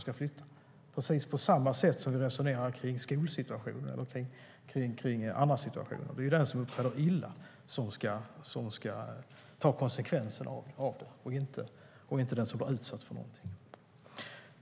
Det är precis samma sätt som vi resonerar på kring skolsituationer och andra situationer. Det är den som uppträder illa som ska ta konsekvenserna, inte den som blir utsatt.